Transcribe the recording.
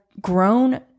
grown